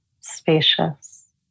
spacious